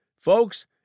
Folks